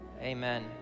amen